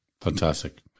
Fantastic